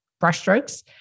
brushstrokes